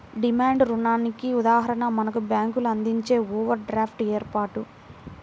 demand రుణానికి ఉదాహరణ మనకు బ్యేంకులు అందించే ఓవర్ డ్రాఫ్ట్ ఏర్పాటు